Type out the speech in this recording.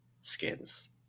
skins